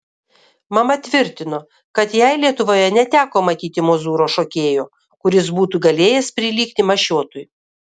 mama tvirtino kad jai lietuvoje neteko matyti mozūro šokėjo kuris būtų galėjęs prilygti mašiotui